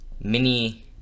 mini